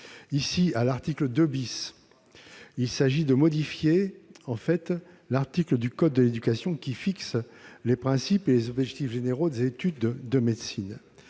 Avec l'article 2 , il s'agit de modifier l'article du code de l'éducation qui fixe les principes et les objectifs généraux des études de médecine.